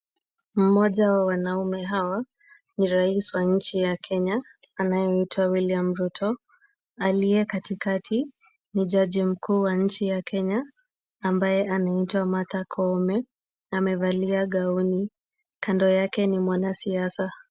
Mmoja wa wanaume hawa, ni rais wa nchi ya Kenya anayeitwa William Ruto na aliye katikati, ni jaji mkuu wa nchi ya Kenya ambaye anaitwa Martha Koome na amevalia gauni. Kando yake ni mwanasiasa.